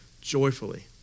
joyfully